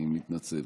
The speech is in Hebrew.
אני מתנצל.